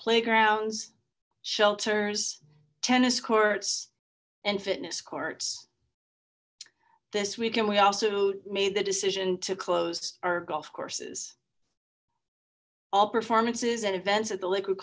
playgrounds shelters tennis courts and fitness courts this weekend we also made the decision to close our golf courses all performances and events at the liquid